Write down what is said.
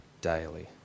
daily